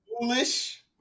foolish